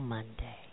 Monday